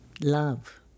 Love